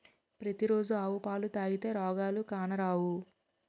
పతి రోజు ఆవు పాలు తాగితే రోగాలు కానరావు